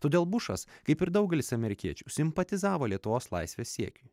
todėl bušas kaip ir daugelis amerikiečių simpatizavo lietuvos laisvės siekiui